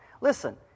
Listen